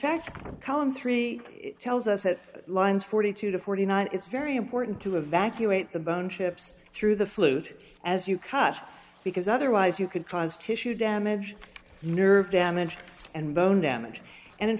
column three tells us that lines forty two to forty nine it's very important to evacuate the bone chips through the flute as you cut because otherwise you could cause tissue damage nerve damage and bone damage and in